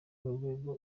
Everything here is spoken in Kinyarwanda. n’urwego